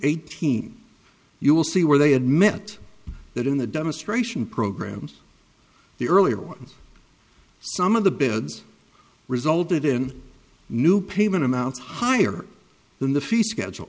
eighteen you will see where they admit that in the demonstration programs the earlier ones some of the beds resulted in new payment amounts higher than the fee schedule